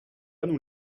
nous